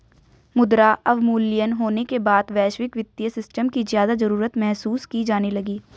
मुद्रा अवमूल्यन होने के बाद वैश्विक वित्तीय सिस्टम की ज्यादा जरूरत महसूस की जाने लगी